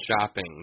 shopping